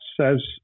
says